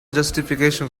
justification